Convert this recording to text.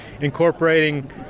incorporating